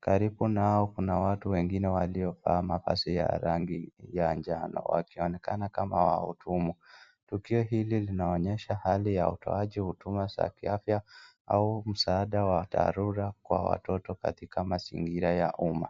Karibu nao kuna watu wengine waliovaa mavazi ya rangi ya njano wakionekana kama wahudumu. Tukio hili linaonyesha hali ya utoaji wa huduma za kiafya au msaada wa dharura kwa watoto katika mazingira ya umma.